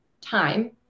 time